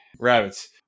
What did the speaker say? rabbits